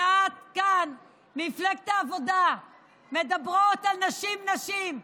ואת, כאן מפלגת העבודה מדברות על נשים, נשים,